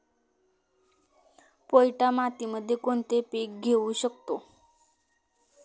पोयटा मातीमध्ये कोणते पीक घेऊ शकतो?